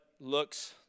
looks